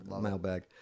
mailbag